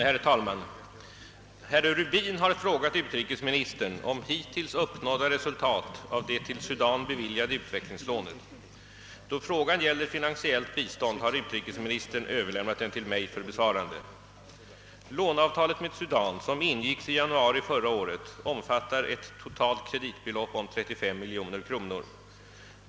Herr talman! Herr Rubin har frågat utrikesministern om hittills uppnådda resultat av det till Sudan beviljade utvecklingslånet. Då frågan gäller finansiellt bistånd har utrikesministern överlämnat den till mig för besvarande. Låneavtalet med Sudan, som ingicks 1 januari förra året, omfattar ett totalt kreditbelopp om 35 miljoner kronor.